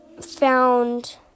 found